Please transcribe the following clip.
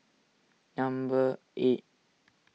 number eight